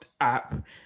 app